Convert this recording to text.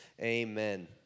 Amen